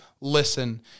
listen